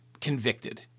convicted